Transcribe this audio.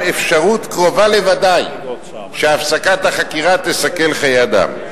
אפשרות קרובה לוודאי שהפסקת החקירה תסכן חיי אדם.